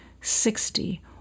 sixty